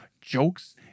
jokes